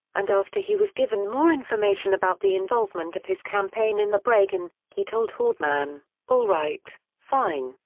and after he was given more information about the involvement of his campaign in the break-in, he told haldeman all right, fine,